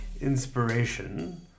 inspiration